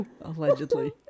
Allegedly